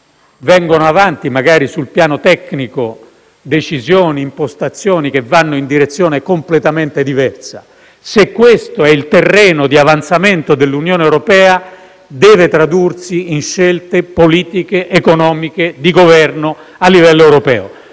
vengono avanti, magari sul piano tecnico, decisioni e impostazioni, che vanno in direzione completamente diversa. Se questo è il terreno di avanzamento dell'Unione europea, ciò deve tradursi in scelte politiche, economiche e di governo a livello europeo.